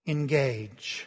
Engage